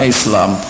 Islam